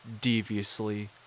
deviously